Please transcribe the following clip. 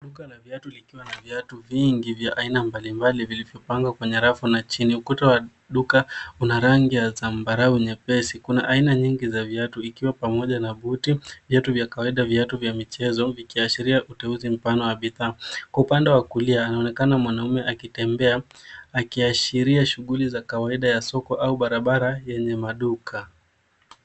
Duka la viatu likiwa na viatu vingi vya aina mbalimbali vilivyopangwa kwenye rafu na chini. Ukuta wa duka una rangi ya zambarau nyepesi. Kuna aina nyingi za viatu ikiwa pamoja na buti, viatu vya kawaida, viatu vya michezo vikiashiria uteuzi mpana wa bidhaa. Kwa upande wa kulia anaonekana mwanaume akitembea akiashiria shughuli za kawaida ya soko au barabara yenye maduka.